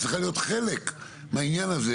צריכה להיות חלק מהעניין הזה,